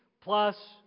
plus